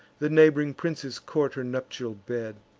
the neighb'ring princes court her nuptial bed.